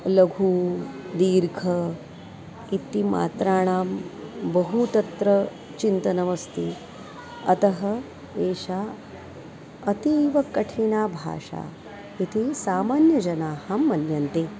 लघुः दीर्घः इति मात्राणां बहु तत्र चिन्तनमस्ति अतः एषा अतीवकठिना भाषा इति सामान्यजनाः मन्यन्ते